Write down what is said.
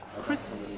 crisp